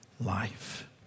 life